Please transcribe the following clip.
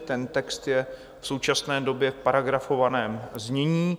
Ten text je v současné době v paragrafovaném znění.